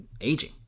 aging